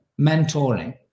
mentoring